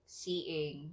seeing